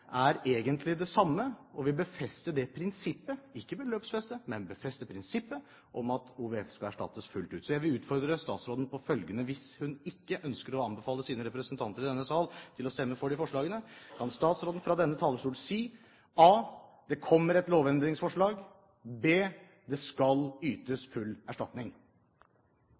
er egentlig det samme, og befester – ikke beløpsfester, men befester – prinsippet om at OVF skal erstattes fullt ut. Jeg vil utfordre statsråden på følgende: Hvis hun ikke ønsker å anbefale sine representanter i denne sal til å stemme for disse forslagene, kan statsråden fra denne talerstolen si: a) det kommer et lovendringsforslag, og b) det skal ytes full erstatning.